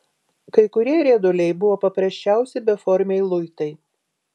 kai kurie rieduliai buvo paprasčiausi beformiai luitai